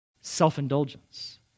Self-indulgence